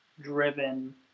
driven